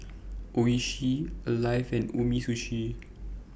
Oishi Alive and Umisushi